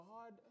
God